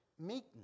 meekness